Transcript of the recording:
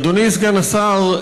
אדוני סגן השר,